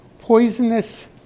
poisonous